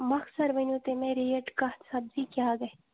مۄخصر ؤنِو تُہۍ مےٚ ریٹ کَتھ سَبزی کیٛاہ گَژھِ